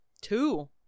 Two